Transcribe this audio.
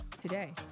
Today